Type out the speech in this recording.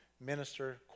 minister